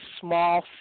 small